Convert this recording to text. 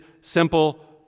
simple